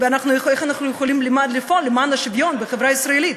ואיך אנחנו יכולים לפעול למען השוויון בחברה הישראלית,